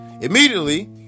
Immediately